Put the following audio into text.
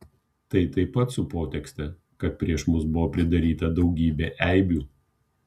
tai taip pat su potekste kad prieš mus buvo pridaryta daugybė eibių